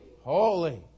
Holy